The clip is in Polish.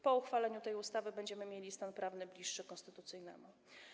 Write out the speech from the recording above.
Po uchwaleniu tej ustawy będziemy mieli stan prawny bliższy konstytucyjnemu.